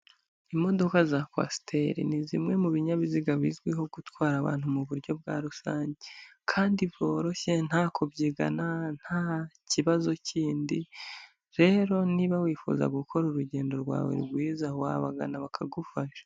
Imodoka za kwasiteri ni zimwe mu binyabiziga bizwiho gutwara abantu mu buryo bwa rusange kandi bworoshye nta kubyigana, nta kibazo kindi. Rero niba wifuza gukora urugendo rwawe rwiza wabagana bakagufasha.